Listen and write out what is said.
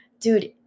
dude